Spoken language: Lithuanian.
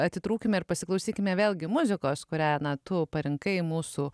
atitrūkime ir pasiklausykime vėlgi muzikos kūrią na tu parinkai mūsų